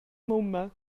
mumma